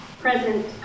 Present